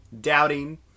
doubting